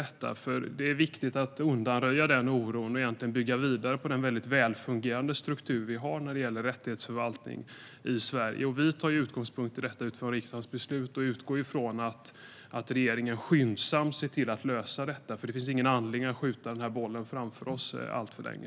Det är nämligen viktigt att undanröja denna oro och i stället bygga vidare på den väldigt välfungerande struktur vi har när det gäller rättighetsförvaltning i Sverige. Vi tar utgångspunkt i detta utifrån riksdagens beslut och utgår från att regeringen skyndsamt ser till att lösa det, för det finns ingen anledning att skjuta den bollen framför sig alltför länge.